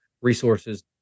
resources